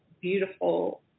beautiful